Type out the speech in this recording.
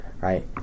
right